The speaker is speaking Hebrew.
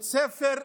בית ספר,